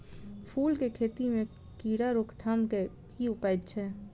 फूल केँ खेती मे कीड़ा रोकथाम केँ की उपाय छै?